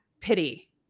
pity